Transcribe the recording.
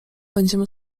będziemy